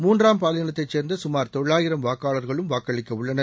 மூன்றாம் பாலினத்தைச் சேர்ந்த கமார் தொள்ளாயிரம் வாக்காளர்களும் வாக்களிக்க உள்ளனர்